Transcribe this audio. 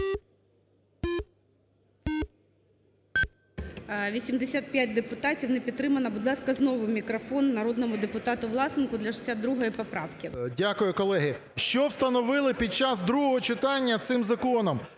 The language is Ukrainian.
85 депутатів. Не підтримана. Будь ласка, знову мікрофон народному депутату Власенку для 62 поправки. 11:08:03 ВЛАСЕНКО С.В. Дякую, колеги. Що встановили під час другого читання цим законом?